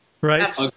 Right